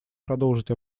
продолжить